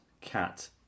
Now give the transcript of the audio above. Cat